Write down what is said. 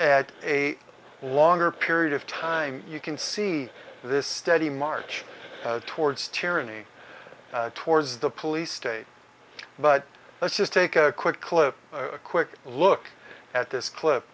and a longer period of time you can see this steady march towards tyranny towards the police state but let's just take a quick clip a quick look at this cl